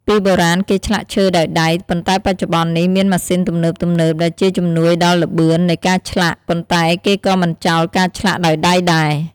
ពីបុរាណគេឆ្លាក់ឈើដោយដៃ ប៉ុន្តែបច្ចុប្បន្ននេះមានម៉ាសុីនទំនើបៗដែលជាជំនួយដល់ល្បឿននៃការឆ្លាក់ ប៉ុន្តែគេក៏មិនចោលការឆ្លាក់ដោយដៃដែរ។